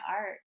art